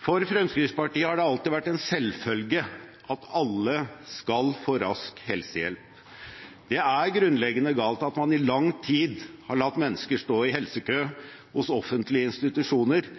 For Fremskrittspartiet har det alltid vært en selvfølge at alle skal få rask helsehjelp. Det er grunnleggende galt at man i lang tid har latt mennesker stå i helsekø hos offentlige institusjoner